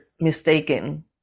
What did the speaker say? mistaken